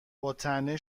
باطعنه